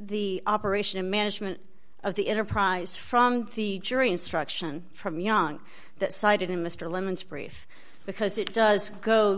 the operation and management of the enterprise from the jury instruction from young that cited in mr lemon's brief because it does go